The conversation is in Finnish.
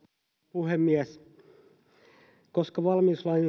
puhemies koska valmiuslain